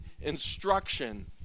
instruction